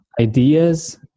ideas